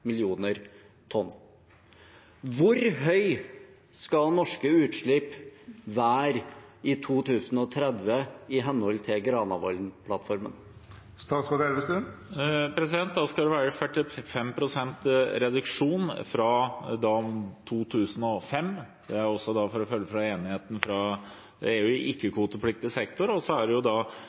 millioner tonn. Hvor høye skal norske utslipp være i 2030 i henhold til Granavolden-plattformen? Da skal det være 45 pst. reduksjon – fra 2005. Det er, for å følge opp enigheten i EU, i ikke-kvotepliktig sektor, og så er det